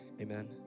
amen